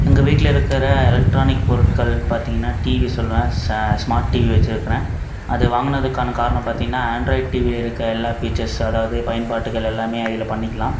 எங்கள் வீட்டில் இருக்கிற எலக்ட்ரானிக் பொருட்கள் பார்த்தீங்கன்னா டிவியை சொல்வேன் ச ஸ்மார்ட் டிவி வச்சு இருக்கிறேன் அது வாங்கினதுக்கான காரணம் பாத்தீங்கன்னா ஆண்ட்ராயிட் டிவி இருக்கற எல்லா ஃப்யூச்சர்ஸ் அதாவது பயன்பாடுகள் எல்லாமே இதில் பண்ணிக்கலாம்